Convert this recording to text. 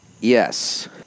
Yes